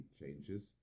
changes